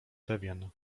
pewien